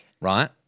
right